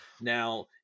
Now